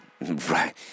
Right